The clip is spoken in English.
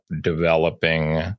developing